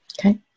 Okay